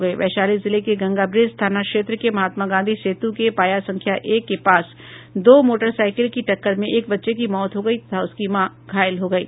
वैशाली जिले के गंगाब्रिज थाना क्षेत्र के महात्मा गांधी सेतु के पाया संख्या एक के पास दो मोटरसाइकिल की टक्कर में एक बच्चे की मौत हो गयी तथा उसकी मां घायल हो गयी